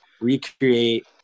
recreate